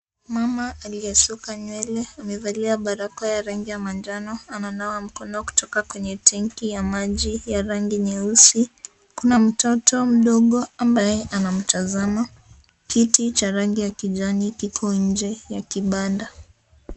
Mama aliyesuka nywele amevalia barakoa ya rangi ya manjano, ananawa mkono kutoka kwenye tangi ya maji ya rangi nyeusi. Kuna mtoto mdogo ambaye anamtazama. Kiti cha rangi ya kijani kiko nje ya kibanda.